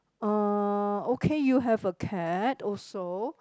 uh okay you have a cat also